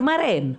כלומר, אין?